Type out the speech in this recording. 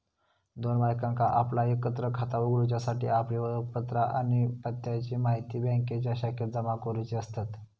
दोन बायकांका आपला एकत्र खाता उघडूच्यासाठी आपली ओळखपत्रा आणि पत्त्याची म्हायती बँकेच्या शाखेत जमा करुची असतत